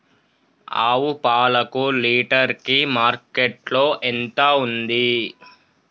ఆవు పాలకు లీటర్ కి మార్కెట్ లో ఎంత ఉంది?